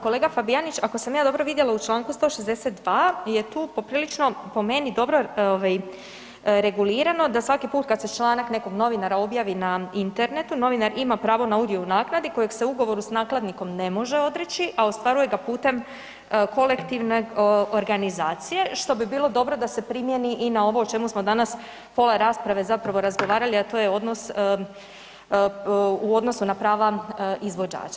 Kolega Fabijanić ako sam ja dobro vidjela u Članku 162. je tu poprilično po meni dobro ovaj regulirano da svaki put kad se članak nekog novinara objavi na internetu, novinar ima pravo na udio u naknadi kojeg se u ugovoru s nakladnikom ne može odreći, a ostvaruje ga putem kolektivne organizacije što bi bilo dobro da primjeni i na ovo o čemu smo danas pola rasprave zapravo razgovarali, a to je odnos u odnosu na prava izvođača.